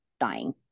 dying